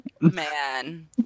man